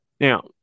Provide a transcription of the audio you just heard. Now